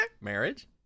Marriage